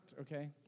okay